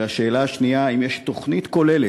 2. האם יש תוכנית כוללת,